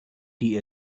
die